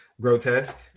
Grotesque